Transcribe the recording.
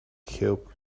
help